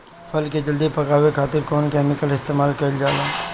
फल के जल्दी पकावे खातिर कौन केमिकल इस्तेमाल कईल जाला?